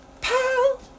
Pal